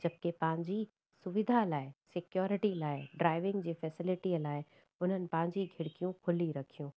जबकी पंहिंजी सुविधा लाइ सिक्यॉरिटी लाइ ड्राइविंग जी फैसेलिटीअ लाइ उन्हनि पांजी खिड़कियूं खुली रखियूं